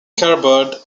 cardboard